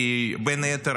בין היתר,